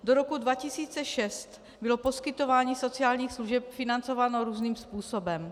Do roku 2006 bylo poskytování sociálních služeb financováno různým způsobem.